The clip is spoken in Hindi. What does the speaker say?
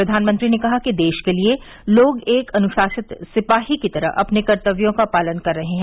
प्रधानमंत्री ने कहा कि देश के लिए लोग एक अनुशासित सिपाही की तरह अपने कर्तव्यों का पालन कर रहे हैं